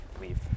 leave